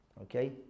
Okay